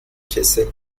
کسل